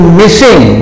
missing